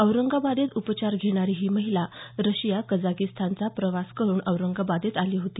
औरंगाबादेत उपचार घेणारी ही महिला रशिया कझाकस्तानचा प्रवास करून औरंगाबादेत आली होती